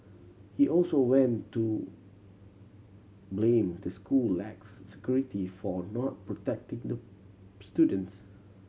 he also went to blame the school lax security for not protecting the students